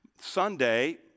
Sunday